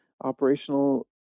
Operational